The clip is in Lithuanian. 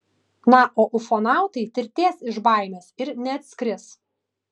na o ufonautai tirtės iš baimės ir neatskris